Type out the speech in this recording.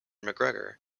mcgregor